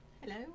hello